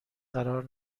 قرار